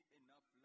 enough